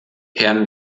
herrn